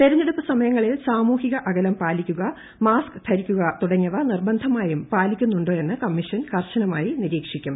തെരഞ്ഞെടുപ്പ് സമയങ്ങളിൽ സാമൂഹിക അകലം പാലിക്കുക മാസ്ക് ധരിക്കുക തുടങ്ങിയവ നിർബന്ധമായും പാലിക്കുന്നുണ്ടോയെന്ന് കമ്മീഷൻ കർശനമായി നിരീക്ഷിക്കും